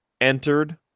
entered